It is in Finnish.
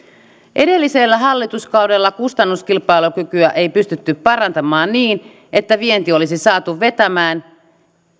edellisellä hallituskaudella kustannuskilpailukykyä ei pystytty parantamaan niin että vienti olisi saatu vetämään